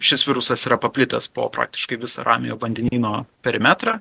šis virusas yra paplitęs po praktiškai visą ramiojo vandenyno perimetrą